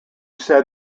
said